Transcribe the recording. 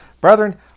brethren